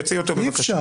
תוציאו אותו בבקשה.